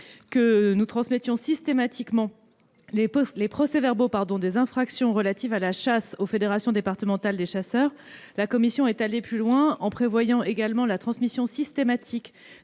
que nous transmettions systématiquement les procès-verbaux des infractions relatives à la chasse aux fédérations départementales des chasseurs, la commission est allée plus loin en prévoyant également la transmission systématique